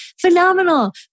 Phenomenal